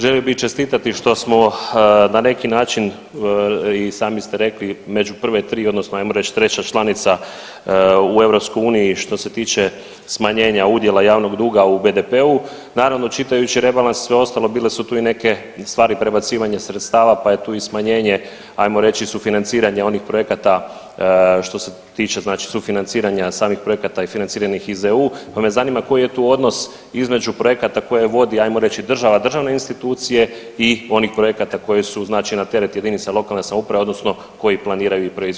Želio bih čestitati što smo na neki način i sami ste rekli među prve tri odnosno ajmo reći treća članica u EU što se tiče smanjenja udjela javnog duga u BPD-u, naravno čitajući rebalans i sve ostalo bile su tu i neke stvari prebacivanje sredstava pa je tu i smanjenje, ajmo reći i sufinanciranje onih projekata što se tiče sufinanciranja samih projekata financiranih iz EU, pa me zanima koji je tu odnos između projekata koje vodi, ajmo reći država državne institucije i onih projekata koji su znači na teret jedinice lokalne samouprave odnosno koji planiraju i proizvode oni sami?